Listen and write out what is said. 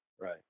Right